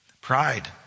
Pride